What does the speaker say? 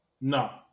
No